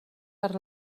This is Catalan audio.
per